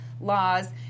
laws